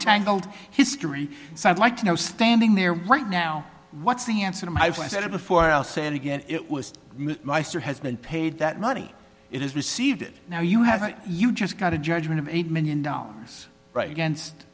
tangled history so i'd like to know standing there right now what's the answer my friend said it before i'll say it again it was nicer has been paid that money it has received it now you have what you just got a judgment of eight million dollars right against